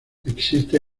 existe